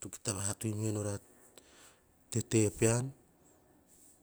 to kita va toi mena tete pean.